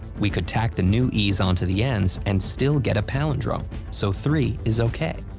we could tack the new e's onto the ends and still get a palindrome, so three is ok.